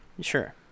Sure